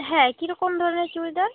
হ্যাঁ কী রকম ধরনের চুড়িদার